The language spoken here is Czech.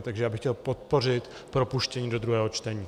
Takže já bych chtěl podpořit propuštění do druhého čtení.